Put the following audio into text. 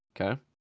Okay